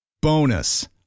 Bonus